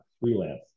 freelance